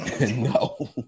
no